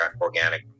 organic